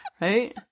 right